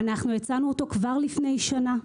אנחנו הצענו אותו כבר לפני שנה,